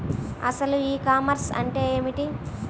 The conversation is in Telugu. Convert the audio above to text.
అసలు ఈ కామర్స్ అంటే ఏమిటి?